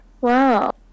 Wow